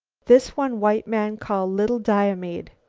this one white man call little diomede